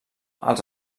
els